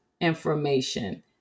information